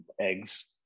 eggs